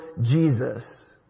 Jesus